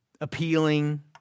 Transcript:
appealing